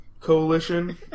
Coalition